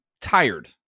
tired